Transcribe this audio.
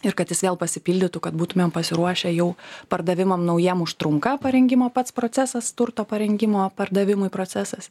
ir kad jis vėl pasipildytų kad būtumėm pasiruošę jau pardavimam naujiem užtrunka parengimo pats procesas turto parengimo pardavimui procesas